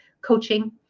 coaching